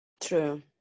True